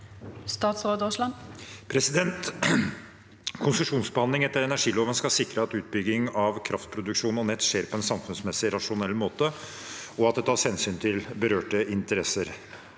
Aasland Konsesjonsbe- handling etter energiloven skal sikre at utbygging av kraftproduksjon og nett skjer på en samfunnsmessig rasjonell måte, og at det tas hensyn til berørte interesser.